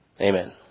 Amen